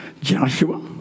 Joshua